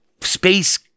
space